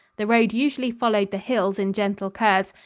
the road usually followed the hills in gentle curves,